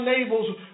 enables